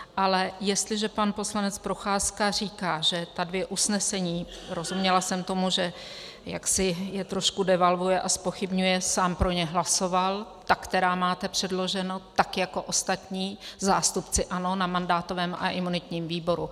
Ale jestliže pan poslanec Procházka říká, že ta dvě usnesení, rozuměla jsem tomu, že je jaksi trošku devalvuje a zpochybňuje, sám pro ně hlasoval, ta, která máte předložena, tak jako ostatní zástupci ANO na mandátovém a imunitním výboru.